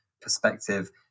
perspective